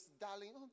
darling